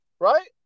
Right